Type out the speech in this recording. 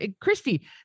Christy